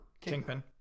Kingpin